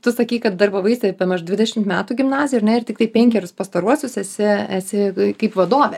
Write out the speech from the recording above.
tu sakei kad darbavaisi bemaž dvidešim metų gimnazijo ar ne ir tiktai penkerius pastaruosius esi esi kaip vadovė